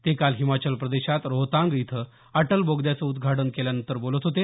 ते काल हिमाचल प्रदेशात रोहतांग इथं अटल बोगद्याचं उद्घाटन केल्यानंतर बोलत होते